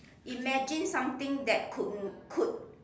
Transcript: imagine something that could could